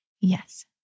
Yes